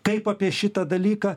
kaip apie šitą dalyką